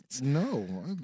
No